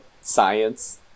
science